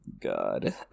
God